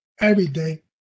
everyday